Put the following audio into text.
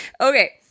Okay